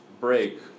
break